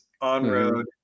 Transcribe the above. on-road